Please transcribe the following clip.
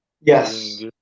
yes